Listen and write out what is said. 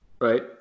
right